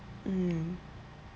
mm